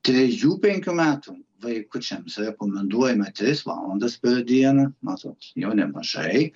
trejų penkių metų vaikučiams rekomenduojame tris valandas per dieną matot jau nemažai